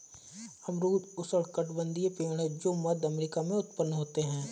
अमरूद उष्णकटिबंधीय पेड़ है जो मध्य अमेरिका में उत्पन्न होते है